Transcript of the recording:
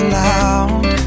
loud